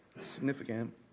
Significant